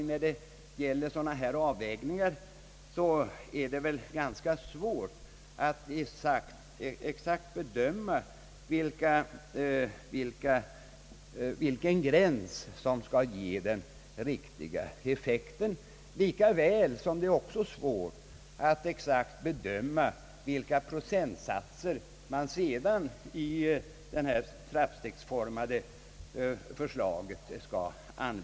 När det gäller sådana avvägningar är det väl ganska svårt att exakt bedöma vilken gräns som kan ge den riktiga effekten, lika väl som det är svårt att exakt bedöma vilka procentsatser man skall använda i detta trappstegsformade förslag.